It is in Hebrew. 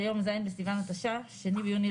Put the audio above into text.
אתה מדבר על אנטישמיות,